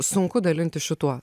sunku dalintis šituo